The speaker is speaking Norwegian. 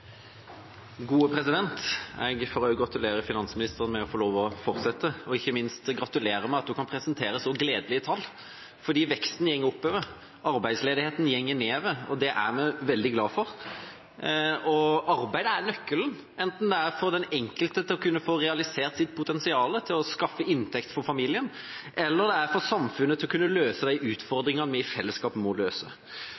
Jeg får også gratulere finansministeren med å få lov å fortsette og ikke minst gratulere med at hun kan presentere så gledelige tall. For veksten går oppover, arbeidsledigheten går nedover, og det er vi veldig glad for. Arbeid er nøkkelen – enten det er for den enkelte til å kunne få realisert sitt potensial til å skaffe inntekt til familien, eller det er for samfunnet til å kunne løse de